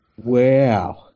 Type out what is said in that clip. Wow